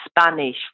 Spanish